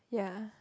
yeah